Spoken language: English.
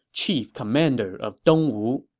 chief commander of dongwu